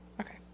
Okay